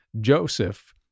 Joseph